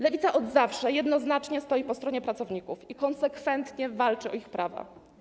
Lewica od zawsze jednoznacznie stoi po stronie pracowników i konsekwentnie walczy o ich prawa.